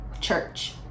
church